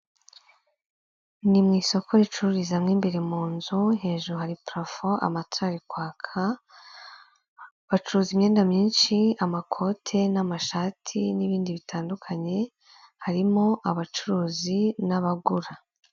Ni mu isoko ricururizamo imbere mu nzu, hejuru hari parafo, amatara ari kwaka, bacuruza imyenda myinshi, amakote n'amashati, n'ibindi bitandukanye, harimo abacuruzi n'abagura.